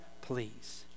please